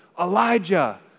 Elijah